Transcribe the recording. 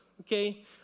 Okay